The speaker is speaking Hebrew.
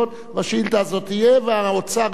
השאילתא הזאת תהיה והאוצר יענה,